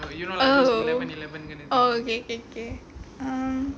oh oh okay K K K um